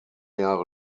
jahre